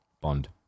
Bond